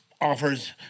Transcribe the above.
offers